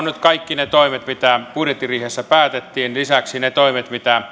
nyt kaikki ne toimet mitä budjettiriihessä päätettiin lisäksi ne toimet